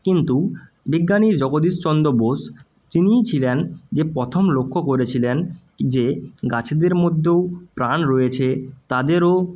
কিন্তু বিজ্ঞানী জগদীশ চন্দ্র বসু তিনিই ছিলেন যে প্রথম লক্ষ করেছিলেন যে গাছেদের মধ্যেও প্রাণ রয়েছে তাদেরও